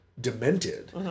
demented